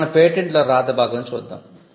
ఇప్పుడు మనం పేటెంట్లో 'వ్రాత భాగం' చూద్దాం